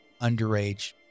underage